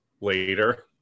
later